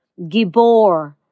Gibor